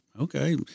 Okay